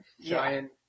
giant